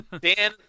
Dan